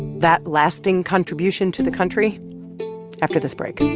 that lasting contribution to the country after this break and